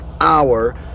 hour